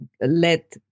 let